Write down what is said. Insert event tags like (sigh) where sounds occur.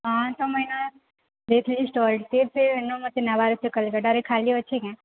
ହଁ (unintelligible) ଏନୁ ମୋତେ ନାବର୍ ଅଛେ କୋଲକାତାରେ ଖାଲି ଅଛି କେଁ